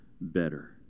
better